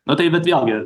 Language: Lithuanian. na tai bet vėlgi